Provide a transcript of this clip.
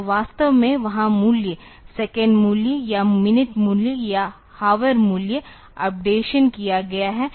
तो वास्तव में वहा मूल्य सेकंड मूल्य या मिनट मूल्य या हौवेर मूल्य अपडेटसन किया गया है